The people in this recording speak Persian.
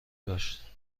داشت